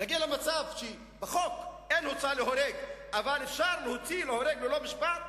להגיע למצב בחוק שאין הוצאה להורג אבל אפשר להוציא להורג ללא משפט?